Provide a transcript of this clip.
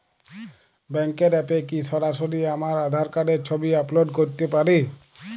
ব্যাংকের অ্যাপ এ কি সরাসরি আমার আঁধার কার্ডের ছবি আপলোড করতে পারি?